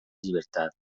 llibertat